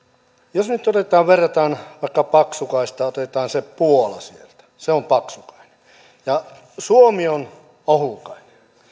verrataan vaikka paksukaiseen otetaan se puola sieltä se on paksukainen suomi on ohukainen